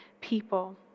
people